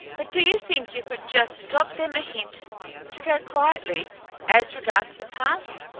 but do you think you could just drop them a hint to quietly as regards the past?